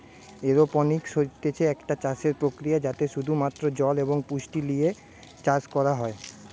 aeroponics হতিছে একটা চাষসের প্রক্রিয়া যাতে শুধু মাত্র জল এবং পুষ্টি লিয়ে চাষ করা হয়